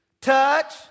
touch